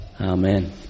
Amen